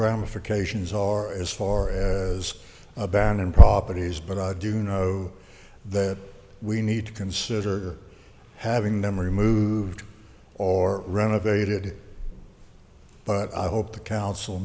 ramifications are as for abandoned properties but i do know that we need to consider having them removed or renovated but i hope the council